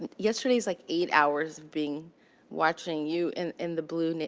yesterday's, like, eight hours of being watching you in in the blue,